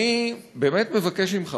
אני באמת מבקש ממך,